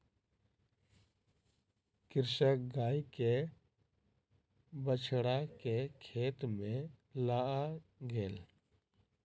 कृषक गाय के बछड़ा के खेत में लअ गेल